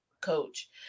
coach